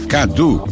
Cadu